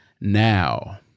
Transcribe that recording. now